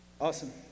Awesome